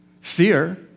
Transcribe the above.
fear